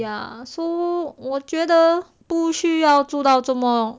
ya so 我觉得不需要住到这么